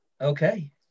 Okay